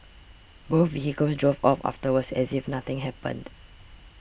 both vehicles drove off afterwards as if nothing happened